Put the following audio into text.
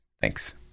thanks